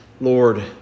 Lord